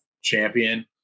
champion